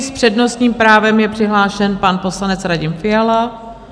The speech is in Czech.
S přednostním právem je přihlášen pan poslanec Radim Fiala.